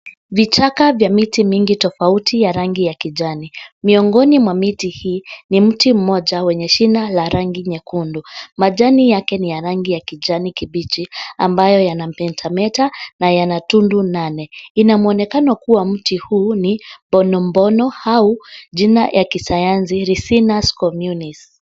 Vichaka vya miti mingi tofauti ya rangi ya kijani. Miongoni mwa miti hii, ni mti mmoja wenye shina la rangi nyekundu. Majani yake ni ya rangi ya kijani kibichi, ambayo yanametameta na yana tundu nane. Inamwonekano kua mti huu ni mbonombono au jina ya kisayansi, ricinous comunis .